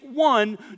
one